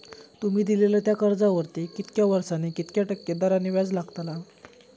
तुमि दिल्यात त्या कर्जावरती कितक्या वर्सानी कितक्या टक्के दराने व्याज लागतला?